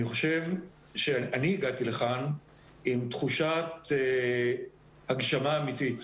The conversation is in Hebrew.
חושב שאני הגעתי לכאן עם תחושת הגשמה אמיתית.